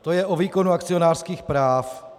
To je o výkonu akcionářských práv.